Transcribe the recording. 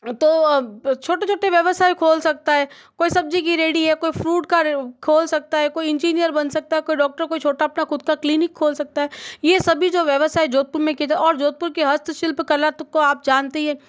तो छोटे छोटे व्यवसाय खोल सकता है कोई सब्जी की रेडी है कोई फ़्रूट का खोल सकता है कोई इंजीनियर बन सकता है कोई डॉक्टर कोई छोटा अपना ख़ुद का क्लीनिक खोल सकता है यह सभी जो व्यवसाय जोधपुर में किधर और जोधपुर के हस्तशिल्प कलात को आप जानते ही हैं